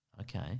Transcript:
Okay